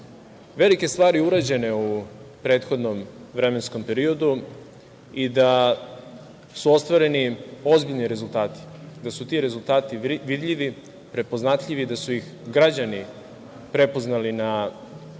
velike stvari urađene u prethodnom vremenskom periodu i da su ostvareni ozbiljni rezultati, da su ti rezultati vidljivi, prepoznatljivi i da su ih građani prepoznali na